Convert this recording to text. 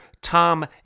Tom